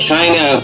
China